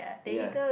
ya